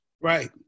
Right